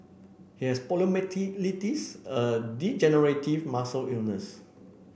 he has poliomyelitis a degenerative muscle illness